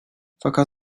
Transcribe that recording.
fakat